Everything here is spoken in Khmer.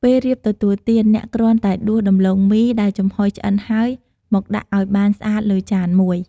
ពេលរៀបទទួលទាន អ្នកគ្រាន់តែដួសដំឡូងមីដែលចំហុយឆ្អិនហើយ មកដាក់ឱ្យបានស្អាតលើចានមួយ។